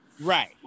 Right